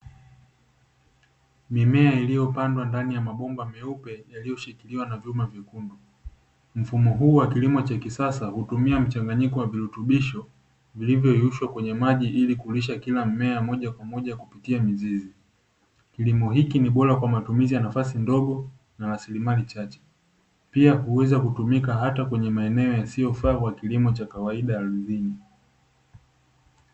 Mimea iliyopandwa ndani ya mabomba meupe yaliyoshindiliwa na vyuma vyekundu. Mfumo huu wa kilimo cha kisasa hutumia mchanganyiko wa viritubisho vilivyoyeyushwa kwenye maji ili kuulisha kila mmea moja kwa moja kupitia mizizi. Kilimo hiki ni bora kwa matumizi ya nafasi ndogo na rasilimali chache. Pia huweza kutumika hata kwenye maeneo yasiyofaa kwa kilimo cha kawaida ardhini.